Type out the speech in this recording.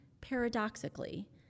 paradoxically